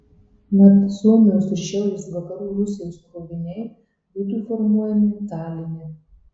mat suomijos ir šiaurės vakarų rusijos kroviniai būtų formuojami taline